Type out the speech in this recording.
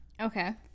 okay